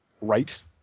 right